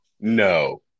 no